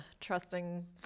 trusting